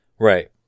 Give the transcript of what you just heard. Right